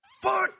Fuck